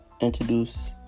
introduce